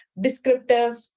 descriptive